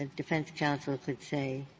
defense counsel could say,